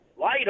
light